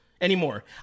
anymore